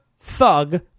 thug